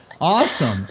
Awesome